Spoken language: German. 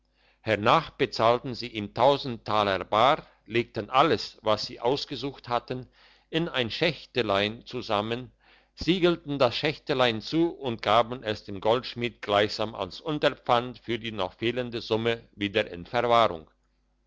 hernach bezahlten sie ihm tausend taler bar legten alles was sie ausgesucht hatten in ein schächtelein zusammen siegelten das schächtelein zu und gaben es dem goldschmied gleichsam als unterpfand für die noch fehlende summe wieder in verwahrung